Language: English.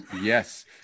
Yes